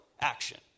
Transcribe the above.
action